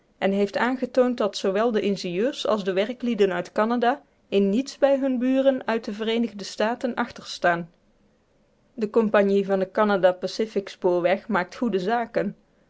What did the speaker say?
en heeft aangetoond dat zoowel de ingenieurs als de werklieden uit canada in niets bij hunne buren uit de vereenigde staten achterstaan de compagnie van den canada pacific spoorweg maakt goede zaken